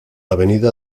avenida